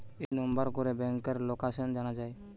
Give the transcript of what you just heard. এই নাম্বার করে ব্যাংকার লোকাসান জানা যায়